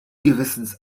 gewissens